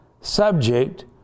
subject